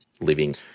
living